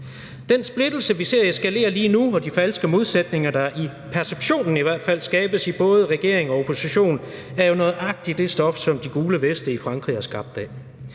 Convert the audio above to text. Den splittelse, vi ser eskalere lige nu, og de falske modsætninger, der i hvert fald i perceptionen skabes i både regering og opposition, er jo nøjagtig det stof, som De Gule Veste i Frankrig er skabt af.